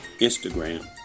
Instagram